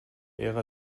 ära